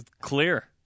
clear